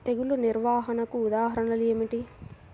తెగులు నిర్వహణకు ఉదాహరణలు ఏమిటి?